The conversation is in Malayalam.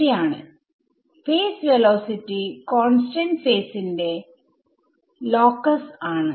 ശരിയാണ് ഫേസ് വെലോസിറ്റി കോൺസ്റ്റന്റ് ഫേസിന്റെ ലോകസ് ആണ്